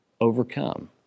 overcome